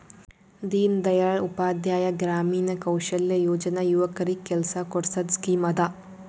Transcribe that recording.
ದೀನ್ ದಯಾಳ್ ಉಪಾಧ್ಯಾಯ ಗ್ರಾಮೀಣ ಕೌಶಲ್ಯ ಯೋಜನಾ ಯುವಕರಿಗ್ ಕೆಲ್ಸಾ ಕೊಡ್ಸದ್ ಸ್ಕೀಮ್ ಅದಾ